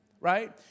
right